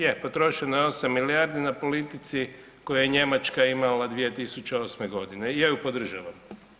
Je potrošeno je 8 milijardi na politici koju je Njemačka imala 2008. godine i ja ju podržavam.